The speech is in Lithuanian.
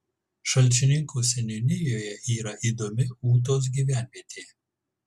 šalčininkų seniūnijoje yra įdomi ūtos gyvenvietė